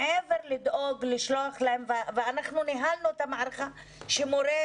מעבר לדאוג לשלוח להם ואנחנו ניהלנו את המערכה שמורי